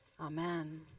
Amen